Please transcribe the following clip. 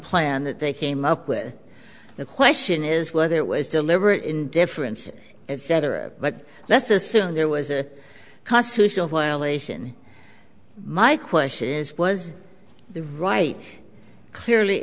plan that they came up with the question is whether it was deliberate indifference etc but let's assume there was a constitutional violation my question is was the right clearly